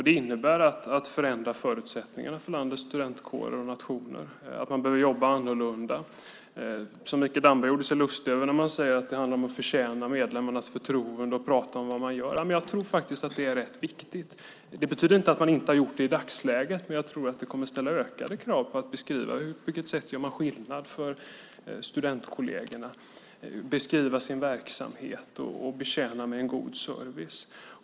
Det innebär att man förändrar förutsättningarna för landets studentkårer och nationer och att de behöver jobba annorlunda. Mikael Damberg gjorde sig lustig över att det sägs att det gäller att förtjäna medlemmarnas förtroende och prata om vad man gör. Jag tror att det är rätt viktigt. Det betyder inte att man inte har gjort det i dagsläget. Men jag tror att det kommer att ställa ökade krav på att beskriva på vilket sätt man gör skillnad för studentkollegerna, att beskriva sin verksamhet och ge god service.